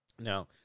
Now